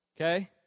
Okay